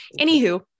anywho